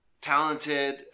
talented